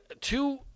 two